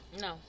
No